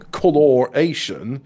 coloration